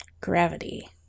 Gravity